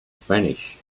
spanish